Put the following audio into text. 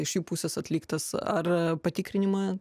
iš jų pusės atliktas ar patikrinimą